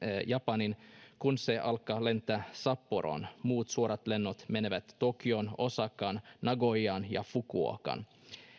japaniin kun se alkaa lentää sapporoon muut suorat lennot menevät tokioon osakaan nagoyaan ja fukuokaan